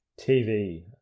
TV